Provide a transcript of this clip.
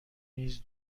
نیز